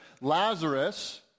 Lazarus